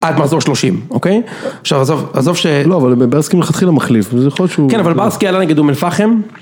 עד מחזור שלושים אוקיי עכשיו עזוב ש.. לא אבל בבארסקי מלכתחילה מחליף כן אבל בארסקי עלה נגד אום-אל-פחם